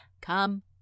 come